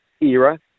era